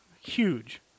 huge